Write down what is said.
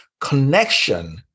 connection